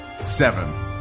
Seven